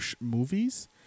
movies